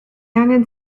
angen